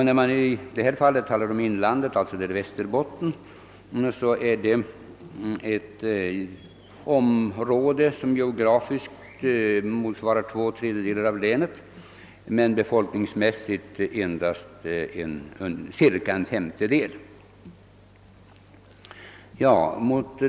När man i detta fall talar om inlandet avser man Västerbottens lappmark. Det är ett område som geografiskt omfattar två tredjedelar av länet men befolkningsmässigt endast cirka en femtedel.